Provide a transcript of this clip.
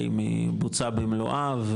האם היא בוצעה במלואה,